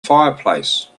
fireplace